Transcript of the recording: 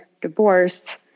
divorced